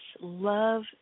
love